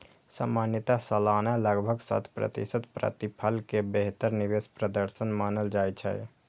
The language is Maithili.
सामान्यतः सालाना लगभग सात प्रतिशत प्रतिफल कें बेहतर निवेश प्रदर्शन मानल जाइ छै